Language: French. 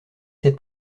cette